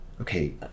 Okay